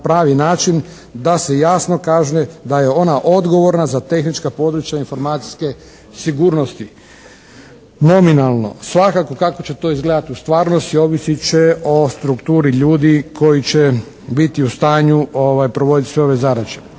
na pravi način da se jasno kaže da je ona odgovorna za tehnička područja informacijske sigurnosti. Nominalno. Svakako kako će to izgledati u stvarnosti ovisit će o strukturi ljudi koji će biti u stanju provoditi sve ove zadaće.